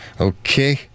Okay